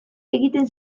egiten